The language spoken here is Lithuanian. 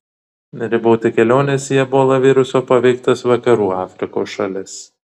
riboti keliones į ebola viruso paveiktas vakarų afrikos šalis